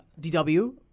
DW